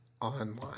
online